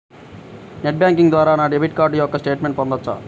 Net banking ద్వారా నా debit card యొక్క స్టేట్మెంట్ పొందవచ్చా?